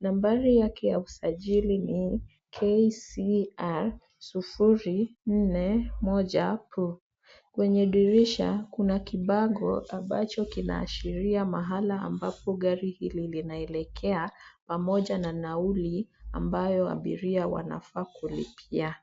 Nambari yake ya usajili ni KCR 041 P. Kwenye dirisha kuna bango ambalo linaashiria mahala ambapo gari hili linaelekea pamoja na nauli ambayo abiria wanafaa kulipia.